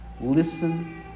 Listen